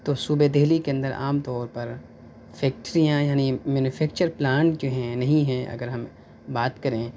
تو صوبہ دہلی کے اندر عام طور پر فیکٹریاں یعنی مینوفیکچر پلانٹ جو ہیں نہیں ہیں اگر ہم بات کریں